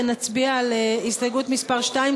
ונצביע על הסתייגות מס' 2,